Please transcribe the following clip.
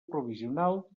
provisional